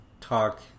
talk